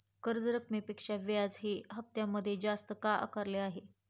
कर्ज रकमेपेक्षा व्याज हे हप्त्यामध्ये जास्त का आकारले आहे?